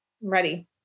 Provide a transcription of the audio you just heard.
Ready